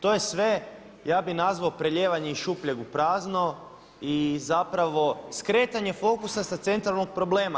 To je sve, ja bih nazvao, prelijevanje iz šupljeg u prazno i zapravo skretanje fokusa sa centralnog problema.